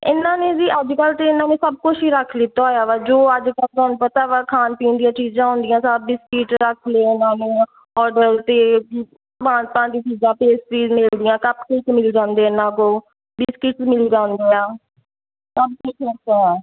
ਇਹਨਾਂ ਨੇ ਜੀ ਅੱਜ ਕੱਲ੍ਹ ਤਾਂ ਇਹਨਾਂ ਨੇ ਸਭ ਕੁਝ ਹੀ ਰੱਖ ਲਿੱਤਾ ਹੋਇਆ ਵਾ ਜੋ ਅੱਜ ਕੱਲ੍ਹ ਤੁਹਾਨੂੰ ਪਤਾ ਵਾ ਖਾਣ ਪੀਣ ਦੀਆਂ ਚੀਜ਼ਾਂ ਹੁੰਦੀਆਂ ਸਭ ਬਿਸਕਿਟ ਰੱਖ ਲਏ ਇਹਨਾਂ ਨੇ ਔਡਰ 'ਤੇ ਪੇਸਟੀਜ਼ ਮਿਲਦੀਆਂ ਕੱਪ ਕੇਕ ਮਿਲ ਜਾਂਦੇ ਇਹਨਾਂ ਕੋਲ ਬਿਸਕਿਟ ਮਿਲ ਜਾਂਦੇ ਆ ਕਾਫੀ ਚੀਜ਼ਾਂ ਹੈ